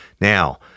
Now